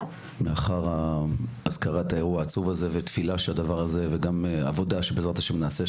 לאחר הזכרת האירוע העצוב הזה וגם תפילה ועבודה שבעזרת ה׳ נעשה,